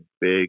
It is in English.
big